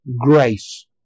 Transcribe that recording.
grace